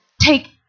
take